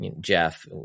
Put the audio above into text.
Jeff